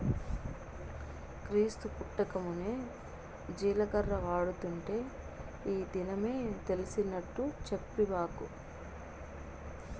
క్రీస్తు పుట్టకమున్నే జీలకర్ర వాడుతుంటే ఈ దినమే తెలిసినట్టు చెప్పబాకు